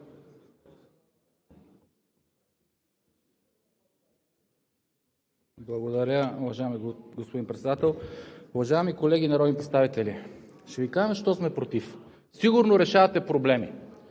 Благодаря, уважаеми господин Председател. Уважаеми колеги народни представители! Ще Ви кажа защо сме против. Сигурно решавате проблеми,